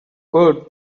good